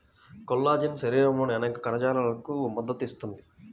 collagen శరీరంలోని అనేక కణజాలాలకు మద్దతు ఇస్తుంది